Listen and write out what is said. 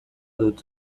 dut